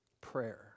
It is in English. prayer